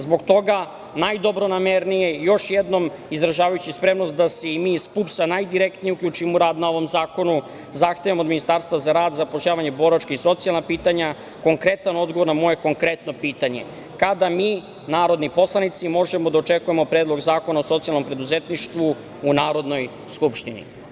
Zbog toga, najdobronamernije, još jednom izražavajući spremnost da se i mi iz PUPS-a najdirektnije uključimo u rad na ovom zakonu zahtevamo od Ministarstva za rad, zapošljavanje, boračka i socijalna pitanja konkretan odgovor na moje konkretno pitanje – kada mi, narodni poslanici, možemo da očekujemo predlog zakona o socijalnom preduzetništvu u Narodnoj skupštini?